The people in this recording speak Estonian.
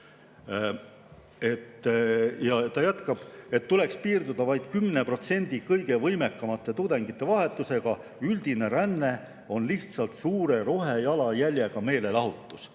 Ja ta jätkab: "Tuleks piirduda vaid 10 protsendi kõige võimekamate tudengite vahetusega, üldine ränne on lihtsalt suure rohejalajäljega meelelahutus."